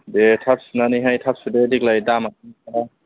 दे थाब सुनानैहाय थाब सुदो देग्लाय दामानो गैथारा